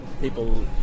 people